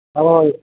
ꯍꯣꯏ